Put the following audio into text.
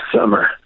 summer